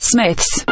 Smith's